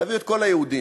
תביאו את כל היהודים,